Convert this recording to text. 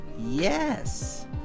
Yes